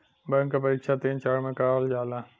bank क परीक्षा तीन चरण में करावल जाला